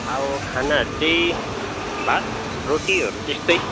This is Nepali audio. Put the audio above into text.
अब खानाहरू चाहिँ भात रोटीहरू त्यस्तै